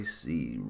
see